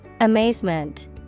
Amazement